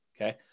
Okay